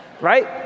Right